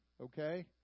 Okay